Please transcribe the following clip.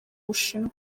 bushinwa